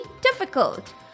difficult